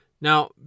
Now